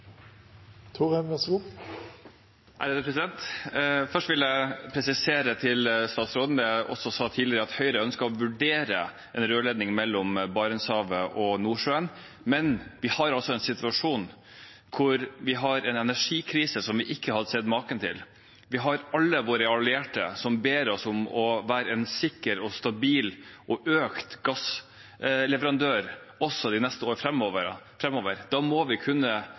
ønsker å vurdere en rørledning mellom Barentshavet og Nordsjøen. Men vi har altså en situasjon hvor vi har en energikrise som vi ikke har sett maken til. Alle våre allierte ber oss om å være en sikker, stabil og økende gassleverandør også i de neste årene framover. Da må vi kunne